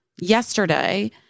yesterday